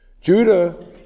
Judah